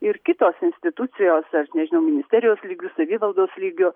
ir kitos institucijos aš nežinau ministerijos lygiu savivaldos lygiu